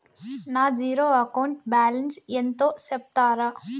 నా zero account balance ఎంతో సెప్తారా?